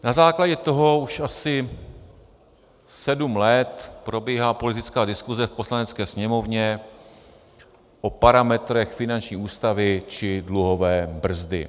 Na základě toho už asi sedm let probíhá politická diskuse v Poslanecké sněmovně o parametrech finanční ústavy či dluhové brzdy.